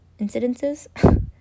incidences